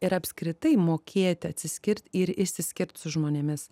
ir apskritai mokėti atsiskirt ir išsiskirt su žmonėmis